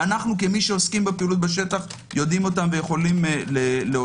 ואנחנו כמי שעוסקים בפעילות בשטח ויודעים אותן ויכולים להוסיף.